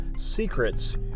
secrets